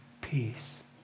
peace